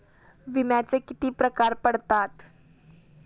विम्याचे किती प्रकार पडतात?